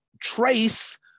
trace